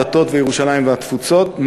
הדתות וירושלים והתפוצות,